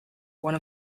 one